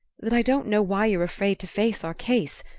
that i don't know why you're afraid to face our case,